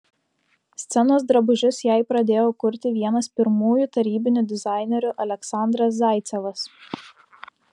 scenos drabužius jai pradėjo kurti vienas pirmųjų tarybinių dizainerių aleksandras zaicevas